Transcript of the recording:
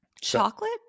Chocolate